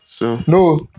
No